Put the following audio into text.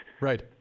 Right